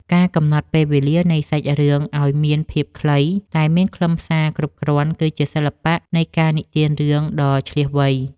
ការកំណត់ពេលវេលានៃសាច់រឿងឱ្យមានភាពខ្លីតែមានខ្លឹមសារគ្រប់គ្រាន់គឺជាសិល្បៈនៃការនិទានរឿងដ៏ឈ្លាសវៃ។